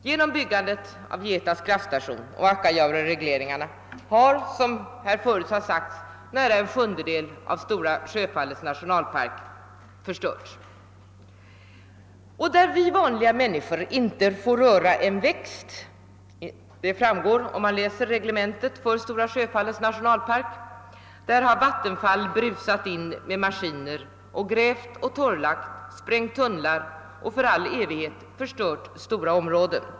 Genom byggandet av Vietas kraftstation och genom Akkajaureregleringarna har nära en sjundedel av Stora Sjöfallets nationalpark förstörts. Där vi vanliga människor inte får röra en växt — det framgår av reglerna för Stora Sjöfallets nationalpark — där har Vattenfall brusat in med maskiner, grävt och torrlagt, sprängt tunnlar och för all evighet förstört stora områden.